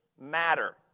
matter